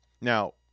Now